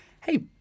hey